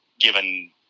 given